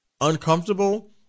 uncomfortable